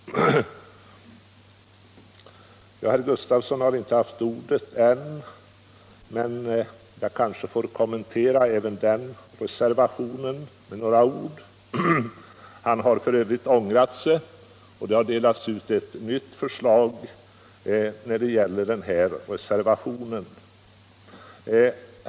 Herr Gustafsson i Säffle har inte haft ordet ännu, men jag kanske får kommentera även hans reservation nr 3 med några ord. Han har f.ö. ångrat sig och det har delats ut ett nytt förslag när det gäller reservationen 3.